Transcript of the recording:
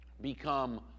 become